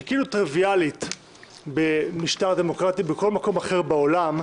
שהיא כאילו טריוויאלית במשטר דמוקרטי בכל מקום אחר בעולם,